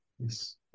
Yes